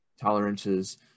tolerances